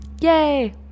Yay